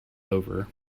over